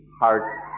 heart